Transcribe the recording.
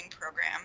program